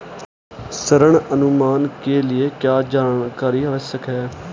ऋण अनुमान के लिए क्या जानकारी आवश्यक है?